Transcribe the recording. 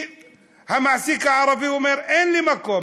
כי המעסיק הערבי אומר: אין לי מקום,